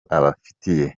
abafitiye